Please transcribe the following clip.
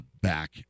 back